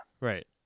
Right